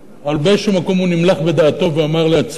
אבל באיזה מקום הוא נמלך בדעתו ואמר לעצמו,